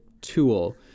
tool